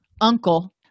uncle